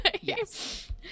Yes